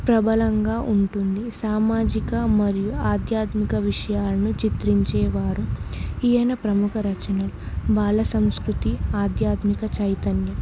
ప్రబలంగా ఉంటుంది సామాజిక మరియు ఆధ్యాత్మిక విషయాలను చిత్రించేవారు ఈయన ప్రముఖ రచనలు బాల సంస్కృతి ఆధ్యాత్మిక చైతన్య